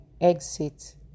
exit